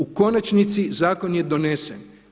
U konačnici zakon je donesen.